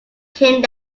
came